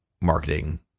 marketing